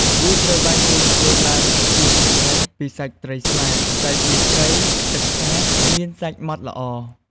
វាត្រូវបានគេធ្វើឡើងជាពិសេសពីសាច់ត្រីស្លាត ដែលជាត្រីទឹកសាបមានសាច់ម៉ដ្ឋល្អ។